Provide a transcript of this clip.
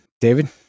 David